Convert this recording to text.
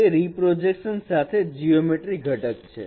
તો રી પ્રોજેકશન સાથે જીયોમેટ્રિ ઘટક છે